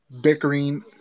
Bickering